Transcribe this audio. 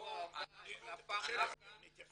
לחברי הכנסת.